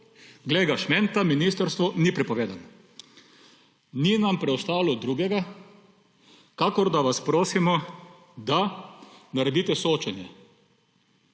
Glej ga šmenta – ministrstvo: ni prepovedalo! Ni nam preostalo drugega, kakor da vas prosimo, da naredite soočenje.